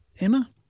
Emma